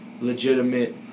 legitimate